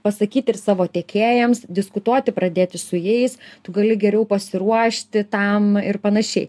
pasakyti ir savo tiekėjams diskutuoti pradėti su jais tu gali geriau pasiruošti tam ir panašiai